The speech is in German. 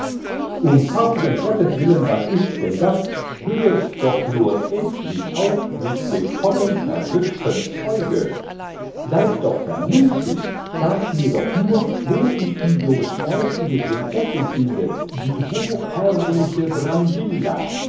um tausend gotteswillen was ist denn das hört doch nur endlich auf mit dem tollen verrückten zeuge seid doch vernünftig sagt mir doch nur wo ich die durchlauchtige prinzessin finde die hochherrliche